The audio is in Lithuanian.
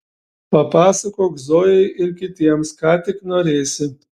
papasakok zojai ir kitiems ką tik norėsi